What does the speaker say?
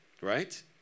right